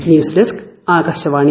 news desk Akashvani